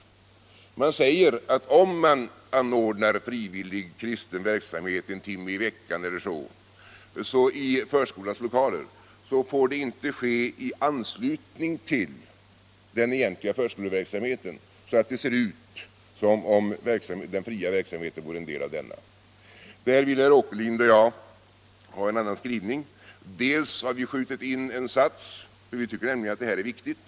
Utskottet säger att om sådan frivillig kristen verksamhet anordnas en timme i veckan eller så i förskolans lokaler får det inte ske i anslutning till den egentliga förskoleverksamheten, så att det ser ut som om den fria verksamheten är en del av denna. Där vill herr Åkerlind och jag ha en annan skrivning. Vi tycker nämligen att det här är viktigt.